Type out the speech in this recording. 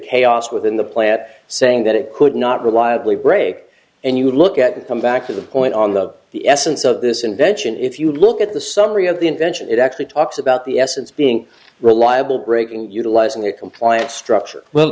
chaos within the plant saying that it could not reliably break and you look at and come back to the point on the the essence of this invention if you look at the summary of the invention it actually talks about the essence being reliable breaking utilising your compliance structure well